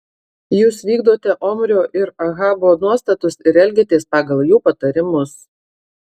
jūs vykdote omrio ir ahabo nuostatus ir elgiatės pagal jų patarimus